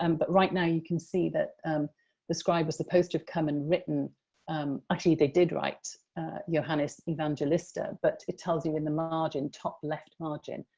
um but right now you can see that the scribe was supposed to have come and written actually, they did write johannes evangelista, but it tells you in the margin, top left margin.